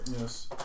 Yes